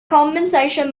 compensation